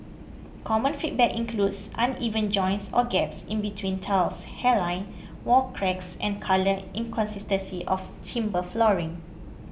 common feedback includes uneven joints or gaps in between tiles hairline wall cracks and colour inconsistency of timber flooring